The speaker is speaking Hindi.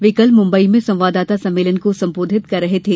वे कल मुम्बई में संवाददाता सम्मेलन को संबोधित कर रहे थे